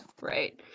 Right